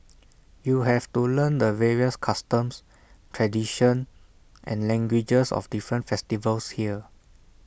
you have to learn the various customs tradition and languages of different festivals here